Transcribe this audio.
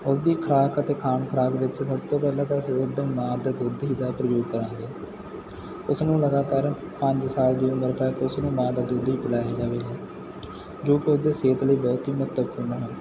ਉਸਦੀ ਖੁਰਾਕ ਅਤੇ ਖਾਣ ਖਰਾਕ ਵਿੱਚ ਸਭ ਤੋਂ ਪਹਿਲਾਂ ਤਾਂ ਮਾਂ ਦਾ ਦੁੱਧ ਦਾ ਪ੍ਰਯੋਗ ਕਰਾਂਗੇ ਉਸਨੂੰ ਲਗਾਤਾਰ ਪੰਜ ਸਾਲ ਦੀ ਉਮਰ ਤੱਕ ਉਸ ਨੂੰ ਮਾਂ ਦਾ ਦੁੱਧ ਹੀ ਬੁਲਾਇਆ ਜਾਵੇ ਜੋ ਪੌਦੇ ਸੇਤ ਲਈ ਬਹੁਤ ਹੀ ਮਤਲਬ